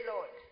Lord